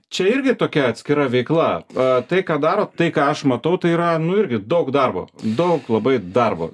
čia irgi tokia atskira veikla a tai ką darot tai ką aš matau tai yra nu irgi daug darbo daug labai darbo